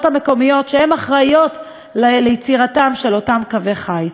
המקומיות שאחראיות ליצירת אותם קווי חיץ.